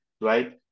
right